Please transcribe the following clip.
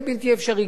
היה בלתי אפשרי,